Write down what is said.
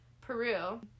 Peru